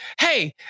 hey